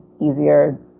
easier